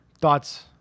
thoughts